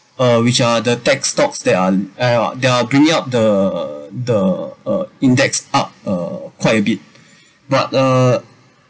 uh which are the tech~ stocks there are ah that are bringing up the the uh index up uh quite a bit but uh